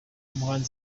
umuhanzi